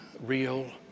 real